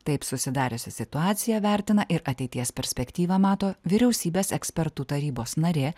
taip susidariusią situaciją vertina ir ateities perspektyvą mato vyriausybės ekspertų tarybos narė